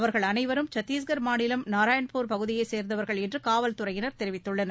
அவர்கள் அனைவரும் சத்தீஸ்கர் மாநிலம் நாராயணபூர் பகுதியை சேர்ந்தவர்கள் என்று காவல்துறையினர் தெரிவித்துள்ளனர்